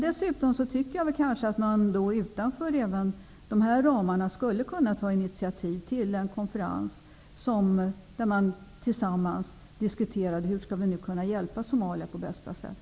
Dessutom tycker jag att man även utanför de här ramarna skulle kunna ta initiativ till en konferens, där man tillsammans diskuterar hur man skall kunna hjälpa Somalia på bästa sätt.